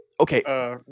Okay